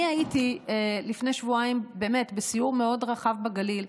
אני הייתי לפני שבועיים בסיור מאוד רחב בגליל,